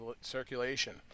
circulation